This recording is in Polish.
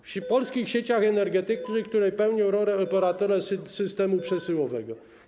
W polskich sieciach energetycznych, które pełnią rolę operatora systemu przesyłowego.